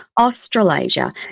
Australasia